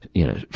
you know,